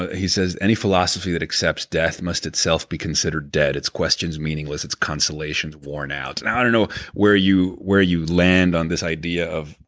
he says, any philosophy that accepts death must itself be considered dead, its questions meaningless, its consolations worn out. and i don't know where you where you land on this idea of.